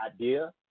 idea